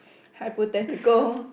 hypothetical